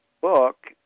book